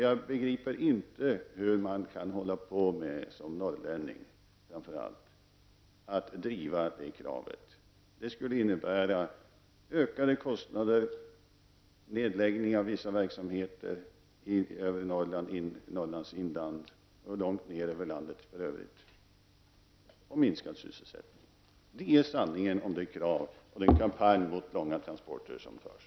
Jag begriper framför allt inte hur man som norrlänning kan driva dessa krav. Det skulle innebära ökade kostnader och nedläggning av vissa verksamheter i övre Norrland, i Norrlands inland och långt ner i övriga landet samt minskad sysselsättning. Det är sanningen om den kampanj mot långa transporter som förs.